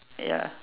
ya